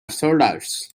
soldiers